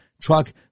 truck